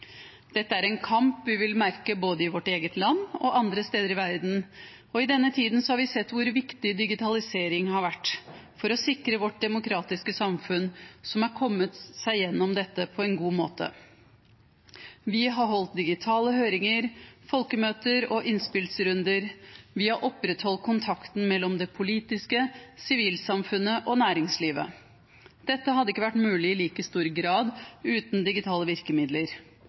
Dette er en kamp vi vil merke både i vårt eget land og andre steder i verden. I denne tiden har vi sett hvor viktig digitalisering har vært for å sikre vårt demokratiske samfunn, som har kommet seg gjennom dette på en god måte. Vi har holdt digitale høringer, folkemøter og innspillsrunder. Vi har opprettholdt kontakten mellom det politiske, sivilsamfunnet og næringslivet. Dette hadde ikke vært mulig i like stor grad uten digitale virkemidler.